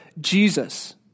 Jesus